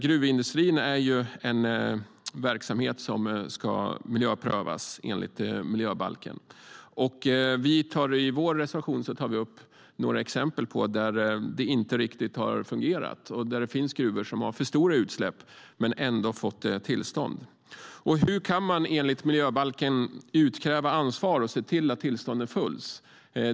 Gruvindustrin är en verksamhet som ska miljöprövas enligt miljöbalken. I vår reservation tar vi upp några exempel på att det inte riktigt har fungerat, där gruvor har för stora utsläpp men ändå har fått tillstånd. Hur kan man enligt miljöbalken utkräva ansvar och se till att tillstånden följs?